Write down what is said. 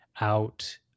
out